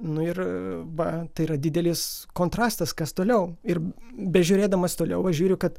nu ir va tai yra didelis kontrastas kas toliau ir bežiūrėdamas toliau aš žiūriu kad